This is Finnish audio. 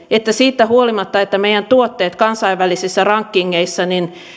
että siitä huolimatta että meidän tuotteemme kansainvälisissä rankingeissa